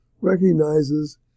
recognizes